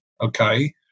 okay